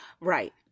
Right